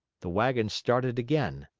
the wagon started again.